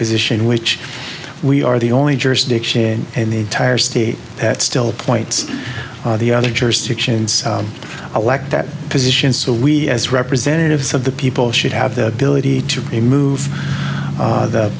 position which we are the only jurisdiction in the entire state that still points the other jurisdictions aleck that position so we as representatives of the people should have the ability to move